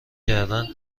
کردن